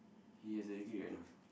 he has a degree right now